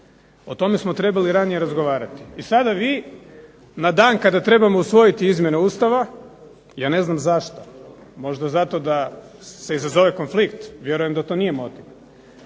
O tome smo trebali ranije razgovarati. I sada vi na dan kada trebamo usvojiti izmjene Ustava, ja ne znam zašto, možda zato da se izazove konflikt, vjerujem da to nije motiv,